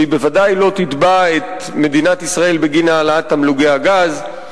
והיא בוודאי לא תתבע את מדינת ישראל בגין העלאת תמלוגי הגז.